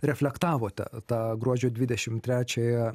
reflektavote tą gruodžio dvidešim trečiąją